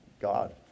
God